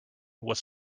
was